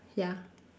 ya